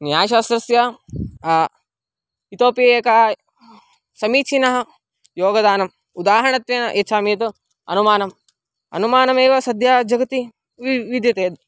न्यायशास्त्रस्य इतोपि एकः समीचीनः योगदानम् उदाहरणत्वेन यच्छामि यत् अनुमानम् अनुमानमेव सद्यः जगति विद्यते यत्